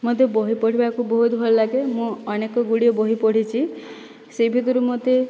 ମୋତେ ବହି ପଢ଼ିବାକୁ ବହୁତ ଭଲ ଲାଗେ ମୁଁ ଅନେକ ଗୁଡ଼ିଏ ବହି ପଢ଼ିଛି ସେହି ଭିତରୁ ମୋତେ